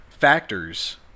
factors